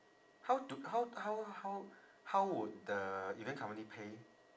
how do how how how how would the event company pay